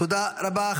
תודה רבה.